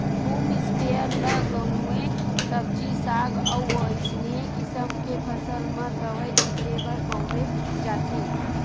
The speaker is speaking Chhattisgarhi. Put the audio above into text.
बूम इस्पेयर ल गहूँए सब्जी साग अउ असइने किसम के फसल म दवई छिते बर बउरे जाथे